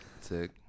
Sick